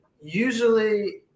usually